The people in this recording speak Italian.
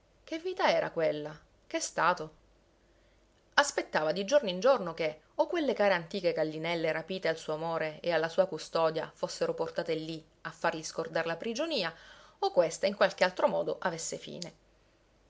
che vita era quella che stato aspettava di giorno in giorno che o quelle care antiche gallinelle rapite al suo amore e alla sua custodia fossero portate lì a fargli scordar la prigionia o questa in qualche altro modo avesse fine